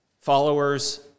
followers